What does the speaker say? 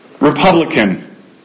Republican